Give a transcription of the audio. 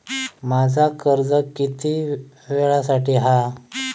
माझा कर्ज किती वेळासाठी हा?